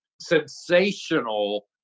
sensational